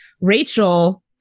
Rachel